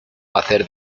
hacer